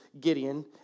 Gideon